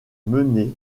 menées